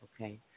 okay